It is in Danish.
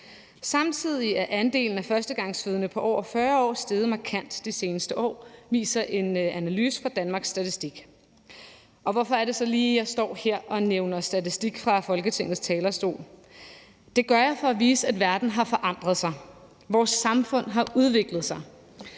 Samtidig er andelen af førstegangsfødende på over 40 år steget markant de seneste år, viser en analyse fra Danmarks Statistik. Og hvorfor er det så lige, jeg står her fra Folketingets talerstol og nævner statistik? Det gør jeg for at vise, at verden har forandret sig; vores samfund har udviklet sig.